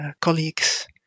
colleagues